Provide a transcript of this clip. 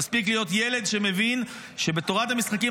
מספיק להיות ילד שמבין שבתורת המשחקים